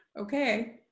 Okay